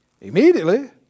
Immediately